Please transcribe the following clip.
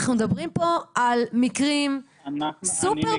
אנחנו מדברים פה על מקרים סופר-בודדים,